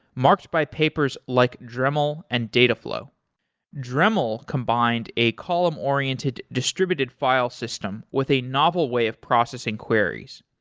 marked by papers like dremel and dataflow dremel combined a column-oriented distributed file system with a novel way of processing queries.